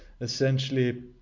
essentially